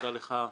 תודה לך,